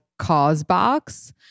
Causebox